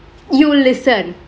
you will listen